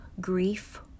grief